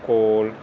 ਕੋਲ